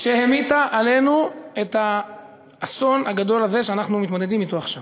שהמיטה עלינו את האסון הגדול הזה שאנחנו מתמודדים אתו עכשיו.